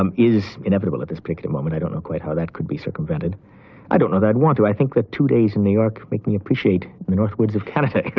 um is inevitable at this particular moment. i don't know quite how that could be circumvented. i don't know that i'd want to. i think that two days in new york make me appreciate the north woods of canada, so